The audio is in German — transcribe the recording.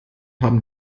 haben